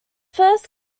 first